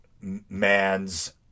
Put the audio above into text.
man's